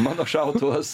mano šautuvas